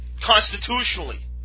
constitutionally